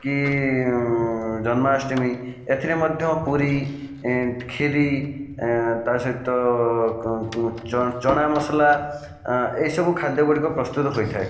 କି ଜନ୍ମାଷ୍ଟମୀ ଏଥିରେ ମଧ୍ୟ ପୁରୀ କ୍ଷିରି ତା ସହିତ ଚଣା ମସଲା ଏହି ସବୁ ଖାଦ୍ୟ ଗୁଡ଼ିକ ପ୍ରସ୍ତୁତ ହୋଇଥାଏ